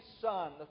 son